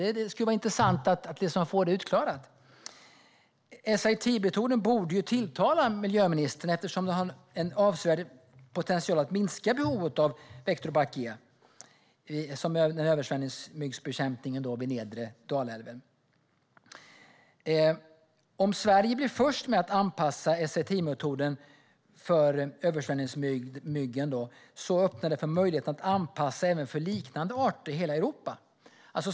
Det skulle vara intressant att klara ut det. SIT-metoden borde tilltala miljöministern eftersom den har en avsevärd potential att minska behovet av att använda Vectobac G, som vid bekämpningen av översvämningsmyggor vid nedre Dalälven. Om Sverige blir först med att anpassa SIT-metoden till översvämningsmyggorna öppnar det för möjligheten att anpassa även för liknande arter i hela Europa.